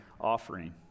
offering